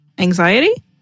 Anxiety